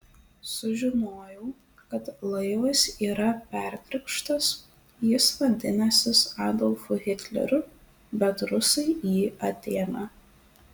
sužinojau kad laivas yra perkrikštas jis vadinęsis adolfu hitleriu bet rusai jį atėmę